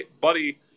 Buddy